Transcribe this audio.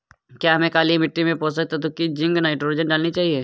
क्या हमें काली मिट्टी में पोषक तत्व की जिंक नाइट्रोजन डालनी चाहिए?